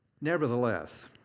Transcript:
nevertheless